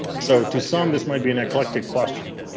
so to some, this might be an eclectic question,